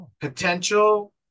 Potential